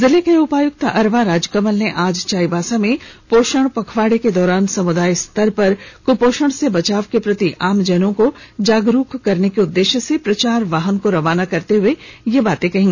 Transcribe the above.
जिले के उपायुक्त अरवा राजकमल ने आज चाईबासा में पोषण पखवाड़ा के दौरान समुदाय स्तर पर कुपोषण से बचाव के प्रति आमजनों को जागरूक करने के उद्देश्य प्रचार वाहन को रवाना करते हुए ये बातें कही